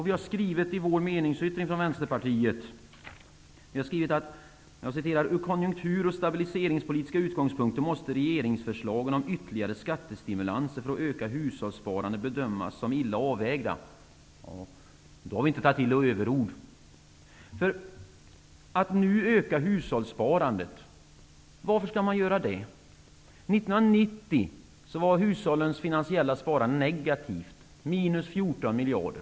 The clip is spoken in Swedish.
I Vänsterpartiets meningsyttring har vi skrivit: Ur konjunktur och stabiliseringspolitiska utgångspunkter måste regeringsförslagen om ytterligare skattestimulanser för att öka hushållssparandet bedömas som illa avvägda. Då har vi inte tagit till överord. Varför skall man nu öka hushållssparandet? 1990 14 miljarder.